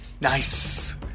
Nice